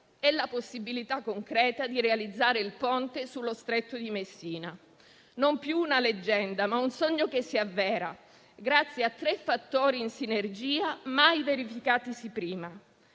è la possibilità concreta di realizzare il ponte sullo stretto di Messina. Non è più una leggenda, ma un sogno che si avvera, grazie a tre fattori in sinergia mai verificatisi prima: